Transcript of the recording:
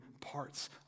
parts